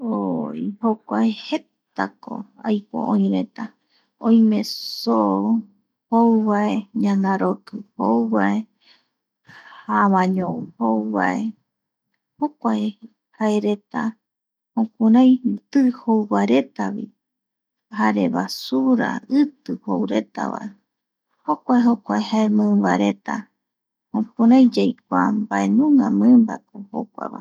Oi u jokua jeta ko aipo oi reta, oime soo jouvae, ñanaroki jou vae, javañoi jou vae. Jokuae jaereta jokurai ti jou vaeretalo jare nbasuru iti, jouretava jokurai yandereta jokua, jokua, jae mimbareta yaikua mbae nunga mimba jokua mbae nunga mimbako jokuaeva.